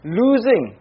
losing